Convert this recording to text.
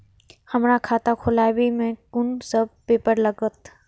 हमरा खाता खोलाबई में कुन सब पेपर लागत?